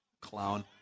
Clown